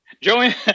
Joanne